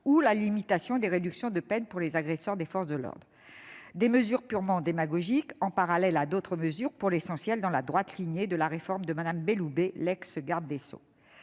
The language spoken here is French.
la limitation des réductions de peine pour les agresseurs de forces de l'ordre. Des mesures purement démagogiques, en parallèle à d'autres prises antérieurement, et pour l'essentiel dans la droite ligne de la réforme de Mme Belloubet, l'ancienne garde des sceaux.